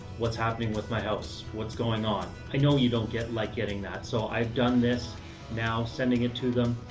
what's happening with my house? what's going on? i know you don't get like getting that. so i've done this now sending it to them,